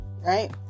right